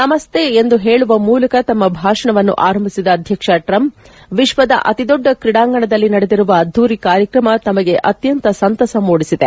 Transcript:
ನಮಸ್ತೆ ಎಂದು ಪೇಳುವ ಮೂಲಕ ತಮ್ಮ ಭಾಷಣವನ್ನು ಆರಂಭಿಸಿದ ಅಧ್ವಕ್ಷ ಟ್ರಂಪ್ ವಿಶ್ವದ ಅತಿ ದೊಡ್ಡ ಕ್ರೀಡಾಂಗಣದಲ್ಲಿ ನಡೆದಿರುವ ಅದ್ಯೂರಿ ಕಾರ್ಯಕ್ರಮ ತಮಗೆ ಅತ್ಕಂತ ಸಂತಸ ಮೂಡಿಸಿದೆ